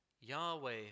Yahweh